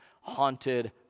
haunted